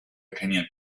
opinion